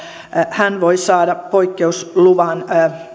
saada poikkeusluvan